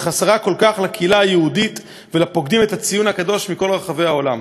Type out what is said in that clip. חסרה כל כך לקהילה היהודית ולפוקדים את הציון הקדוש מכל רחבי העולם.